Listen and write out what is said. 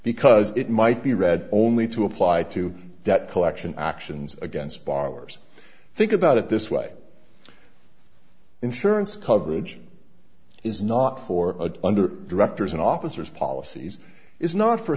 because it might be read only to apply to debt collection actions against borrowers think about it this way insurance coverage is not for a under directors and officers policies is not for